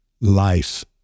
Life